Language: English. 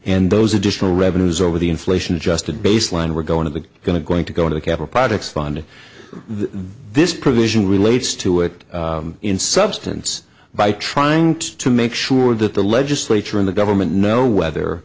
and those additional revenues over the inflation adjusted baseline were going to going to going to go to capture projects funding this provision relates to it in substance by trying to make sure that the legislature in the government know whether